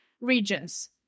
regions